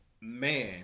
man